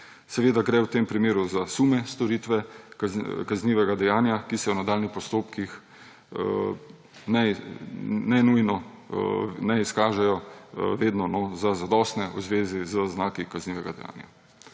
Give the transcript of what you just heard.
Seveda gre v tem primeru za sume storitve kaznivega dejanja, ki se v nadaljnjih postopkih ne izkažejo vedno za zadostne v zvezi z znaki kaznivega dejanja.